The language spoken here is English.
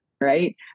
Right